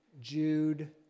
Jude